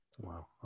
Wow